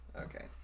Okay